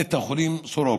בבית החולים סורוקה.